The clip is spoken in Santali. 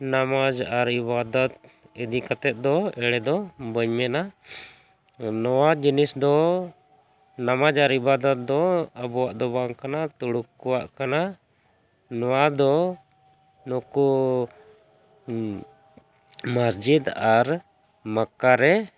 ᱱᱟᱢᱟᱡᱽ ᱟᱨ ᱤᱵᱟᱫᱚᱛ ᱤᱫᱤ ᱠᱟᱛᱮ ᱫᱚ ᱮᱲᱮ ᱫᱚ ᱵᱟᱹᱧ ᱢᱮᱱᱟ ᱱᱚᱣᱟ ᱡᱤᱱᱤᱥ ᱫᱚ ᱱᱟᱢᱟᱡᱽ ᱟᱨ ᱤᱵᱟᱫᱚᱛ ᱫᱚ ᱟᱵᱚᱣᱟᱜ ᱫᱚ ᱵᱟᱝ ᱠᱟᱱᱟ ᱛᱩᱲᱩᱠ ᱠᱚᱣᱟᱜ ᱠᱟᱱᱟ ᱱᱚᱣᱟ ᱫᱚ ᱱᱩᱠᱩ ᱢᱚᱥᱡᱤᱫ ᱟᱨ ᱢᱟᱠᱠᱟ ᱨᱮ